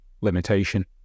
limitation